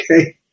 okay